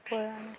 পৰা